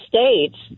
States